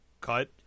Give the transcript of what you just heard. cut